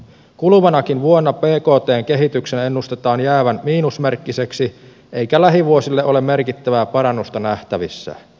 kuluvanakin vuonna bktn kehityksen ennustetaan jäävän miinusmerkkiseksi eikä lähivuosille ole merkittävää parannusta nähtävissä